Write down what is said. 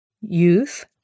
Youth